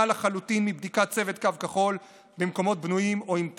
לחלוטין מבדיקת צוות קו כחול במקומות בנויים או עם תב"ע.